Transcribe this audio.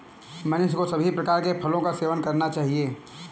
मनुष्य को सभी प्रकार के फलों का सेवन करना चाहिए